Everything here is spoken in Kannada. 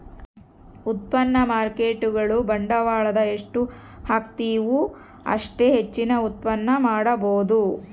ಉತ್ಪನ್ನ ಮಾರ್ಕೇಟ್ಗುಳು ಬಂಡವಾಳದ ಎಷ್ಟು ಹಾಕ್ತಿವು ಅಷ್ಟೇ ಹೆಚ್ಚಿನ ಉತ್ಪನ್ನ ಮಾಡಬೊದು